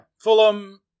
Fulham